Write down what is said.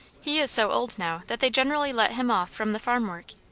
he is so old now that they generally let him off from the farm work.